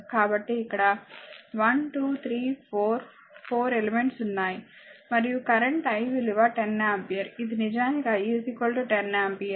కాబట్టి ఇక్కడ 1 2 3 4 4 ఎలిమెంట్స్ ఉన్నాయి మరియు కరెంట్ I విలువ 10 ఆంపియర్ ఇది నిజానికి I 10 ఆంపియర్